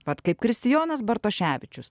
vat kaip kristijonas bartoševičius